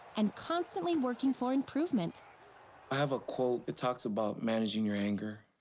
and constantly working for improvement. i have a quote, it talks about managing your anger,